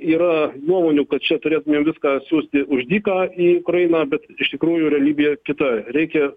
yra nuomonių kad čia turėtumėm viską siųsti už dyką į ukrainą bet iš tikrųjų realybė kita reikia